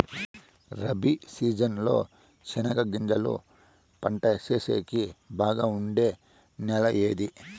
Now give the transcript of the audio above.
Rabi season లో చెనగగింజలు పంట సేసేకి బాగా ఉండే నెల ఏది?